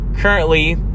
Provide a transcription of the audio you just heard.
currently